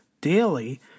daily